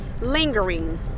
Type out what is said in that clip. Lingering